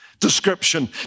description